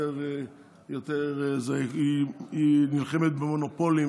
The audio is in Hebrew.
היא נלחמת במונופולים,